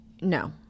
No